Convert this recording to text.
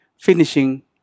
finishing